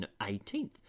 18th